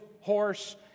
horse